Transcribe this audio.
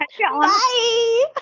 Bye